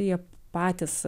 jie patys